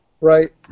right